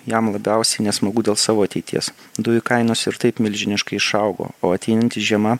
jam labiausiai nesmagu dėl savo ateities dujų kainos ir taip milžiniškai išaugo o ateinanti žiema